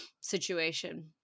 situation